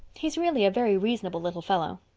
he's really a very reasonable little fellow.